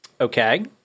Okay